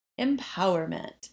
empowerment